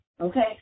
Okay